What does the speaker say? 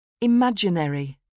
imaginary